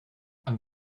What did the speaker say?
and